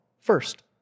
first